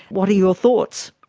what are your thoughts?